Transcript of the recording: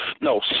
no